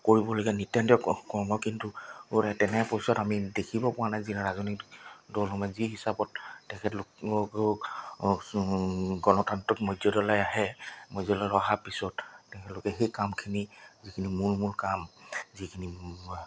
কৰিবলগীয়া নিত্যান্ত কৰ্ম কিন্তু তেনে আমি দেখিব পৰা নাই যি ৰাজনীতি দলসমূহ যি হিচাপত তেখেতলোক গণতন্ত্ৰত মৰ্যদালৈ আহে মৰ্যদালৈ অহাৰ পিছত তেখেতলোকে সেই কামখিনি যিখিনি মূল মূল কাম যিখিনি